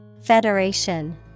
Federation